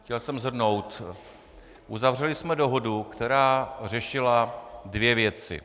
Chtěl jsem shrnout: Uzavřeli jsme dohodu, která řešila dvě věci.